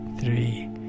three